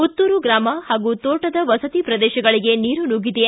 ಮತ್ತೂರು ಗ್ರಾಮ ಹಾಗೂ ತೋಟದ ವಸತಿ ಪ್ರದೇಶಗಳಿಗೆ ನೀರು ನುಗ್ಗಿದೆ